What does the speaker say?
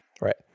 Right